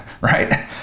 Right